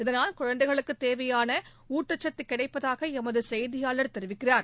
இதனால் குழந்தைகளுக்கு தேவையான ஊட்டச்சத்து கிடைப்பதாக எமது செய்தியாளர் தெரிவிக்கிறார்